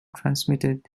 transmitted